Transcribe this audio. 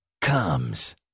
Comes